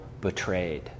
betrayed